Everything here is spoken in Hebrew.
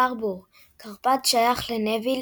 טרבור – קרפד השייך לנוויל,